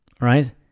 right